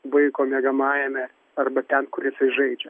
vaiko miegamajame arba ten kur jisai žaidžia